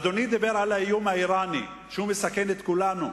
אדוני דיבר על האיום האירני, שהוא מסכן את כולנו.